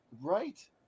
Right